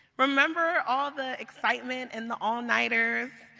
remember all the excitement and the all nighters,